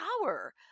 power